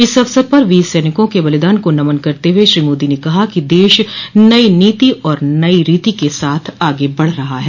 इस अवसर पर वीर सैनिकों के बलिदान को नमन करते हुए श्री मोदी ने कहा कि देश नई नीति और नई रीति के साथ आगे बढ़ रहा है